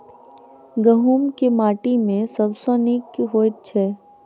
गहूम केँ माटि मे सबसँ नीक होइत छै?